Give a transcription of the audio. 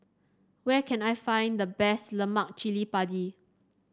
where can I find the best Lemak Cili Padi